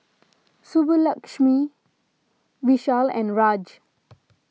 Subbulakshmi Vishal and Raj